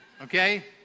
Okay